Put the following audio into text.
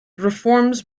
reforms